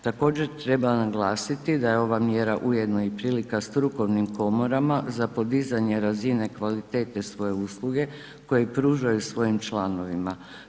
Također treba naglasiti da je ova mjera i prilika strukovnim komorama za podizanje razine kvalitete svoje usluge koji pružaju svojim članovima.